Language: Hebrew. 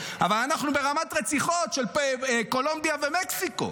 אבל אנחנו ברמת רציחות של קולומביה ומקסיקו.